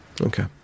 Okay